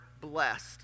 blessed